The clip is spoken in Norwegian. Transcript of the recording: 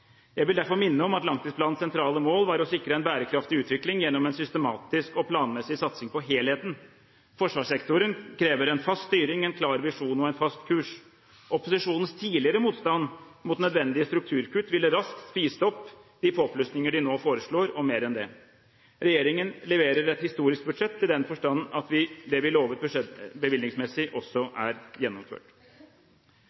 Jeg vil derfor minne om at langtidsplanens sentrale mål var å sikre en bærekraftig utvikling gjennom en systematisk og planmessig satsing på helheten. Forsvarssektoren krever en fast styring, en klar visjon og en fast kurs. Opposisjonens tidligere motstand mot nødvendige strukturkutt ville raskt spist opp de påplussinger de nå foreslår, og mer enn det. Regjeringen leverer et historisk budsjett i den forstand at det vi lovet bevilgningsmessig, også